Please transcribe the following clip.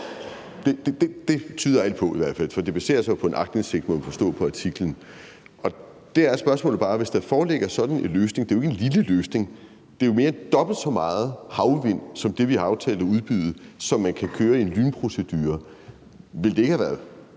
Det tyder alt i hvert fald på, for det baserer sig jo på en aktindsigt, må vi forstå på artiklen. Og der er spørgsmålet bare: Hvis der foreligger sådan en løsning – det er jo ikke en lille løsning; det er jo mere end dobbelt så meget havvind som det, vi har aftalt at udbyde, som man kan køre i en lynprocedure – ville det